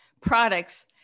products